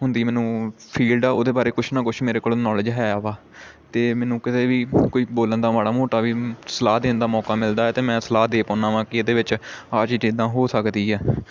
ਹੁੰਦੀ ਮੈਨੂੰ ਫੀਲਡ ਆ ਉਹਦੇ ਬਾਰੇ ਕੁਛ ਨਾ ਕੁਛ ਮੇਰੇ ਕੋਲ ਨੌਲੇਜ ਹੈ ਵਾ ਅਤੇ ਮੈਨੂੰ ਕਿਸੇ ਵੀ ਕੋਈ ਬੋਲਣ ਦਾ ਮਾੜਾ ਮੋਟਾ ਵੀ ਸਲਾਹ ਦੇਣ ਦਾ ਮੌਕਾ ਮਿਲਦਾ ਤਾਂ ਮੈਂ ਸਲਾਹ ਦੇ ਪਾਉਦਾ ਹਾਂ ਕਿ ਇਹਦੇ ਵਿੱਚ ਆਹ ਚੀਜ਼ ਇੱਦਾਂ ਹੋ ਸਕਦੀ ਆ